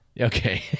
Okay